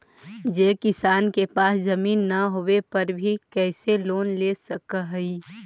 जे किसान के पास जमीन न होवे पर भी कैसे लोन ले सक हइ?